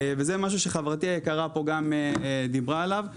זה משהו שחברתי פה גם דיברה עליו.